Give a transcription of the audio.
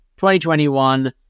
2021